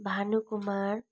Bhanu Kumar